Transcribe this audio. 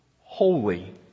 holy